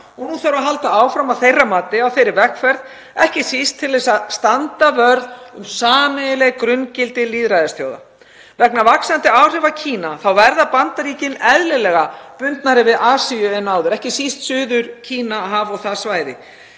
og nú þarf að halda áfram að þeirra mati á þeirri vegferð, ekki síst til að standa vörð um sameiginleg grunngildi lýðræðisþjóða. Vegna vaxandi áhrifa Kína verða Bandaríkin eðlilega bundnari við Asíu en áður, ekki síst Suður-Kínahaf og það svæði.